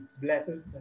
blesses